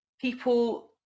people